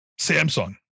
Samsung